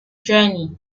journey